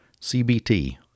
CBT